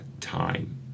time